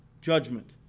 judgment